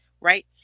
Right